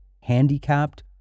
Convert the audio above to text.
handicapped